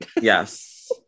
Yes